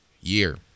year